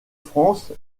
france